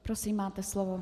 Prosím, máte slovo.